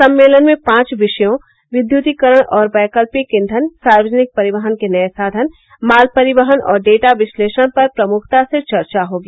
सम्मेलन में पांच विषयों विद्युतीकरण और वैकल्पिक ईधन सार्वजनिक परिवहन के नये साधन माल परिवहन और डेटा विस्लेषण पर प्रमुखता से चर्चा होगी